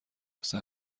واسه